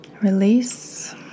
release